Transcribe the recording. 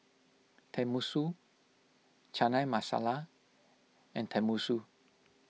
Tenmusu Chana Masala and Tenmusu